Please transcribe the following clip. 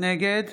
נגד